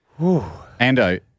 Ando